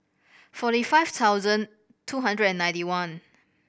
forty five thousand two hundred and ninety one